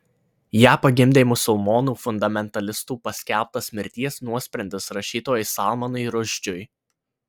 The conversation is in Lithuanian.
ją pagimdė musulmonų fundamentalistų paskelbtas mirties nuosprendis rašytojui salmanui rušdžiui